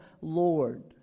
Lord